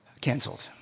canceled